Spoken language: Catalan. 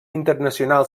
internacional